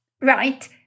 Right